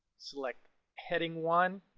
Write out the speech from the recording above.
select heading one.